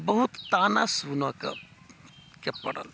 बहुत ताना सुनऽ कऽ पड़ल